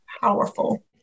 powerful